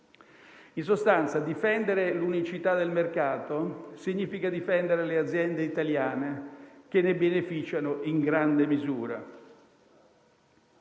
In sostanza, difendere l'unicità del mercato significa difendere le aziende italiane che ne beneficiano in grande misura.